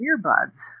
earbuds